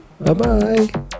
Bye-bye